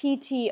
PT